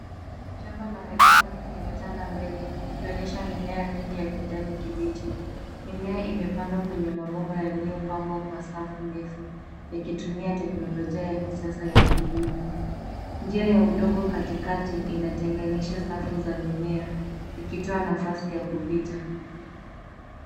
Shamba la hydroponic limetanda mbele, likionyesha mimea mingi ya kijani kibichi. Mimea imepandwa kwenye mabomba yaliyopangwa kwa safu ndefu, yakitumia teknolojia ya kisasa ya kilimo. Njia ya udongo katikati inatenganisha safu za mimea, ikitoa nafasi ya kupita.